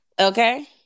Okay